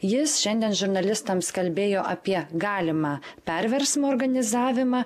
jis šiandien žurnalistams kalbėjo apie galimą perversmo organizavimą